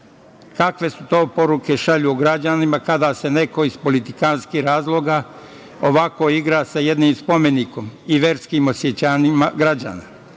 Kakve se to poruke šalju građanima kada se neko iz politikantskih razloga ovako igra sa jednim spomenikom i verskim osećanjima građana? Tražim